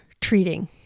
treating